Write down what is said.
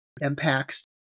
impacts